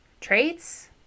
traits